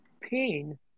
pain